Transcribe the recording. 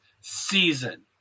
season